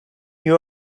you